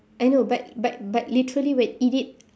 I know but but but literally when eat it